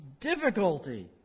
difficulty